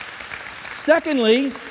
Secondly